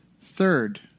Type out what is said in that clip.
Third